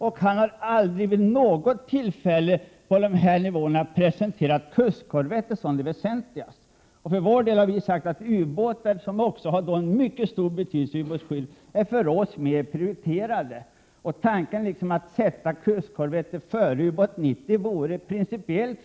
Men han har aldrig vid något tillfälle presenterat kustkorvetter som det väsentligaste. För vår del har vi sagt att ytterligare ubåtar som har stor betydelse i både invasionsförsvaret och ubåtsskyddet för oss är mer prioriterade. Att sätta fler kustkorvetter före Ubåt 90 vore fel.